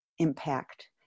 impact